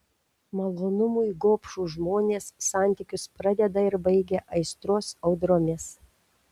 malonumui gobšūs žmonės santykius pradeda ir baigia aistros audromis